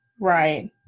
Right